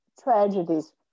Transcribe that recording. tragedies